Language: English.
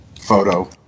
photo